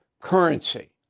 currency